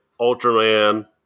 Ultraman